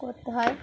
করতে হয়